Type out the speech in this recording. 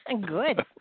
good